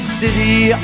city